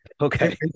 okay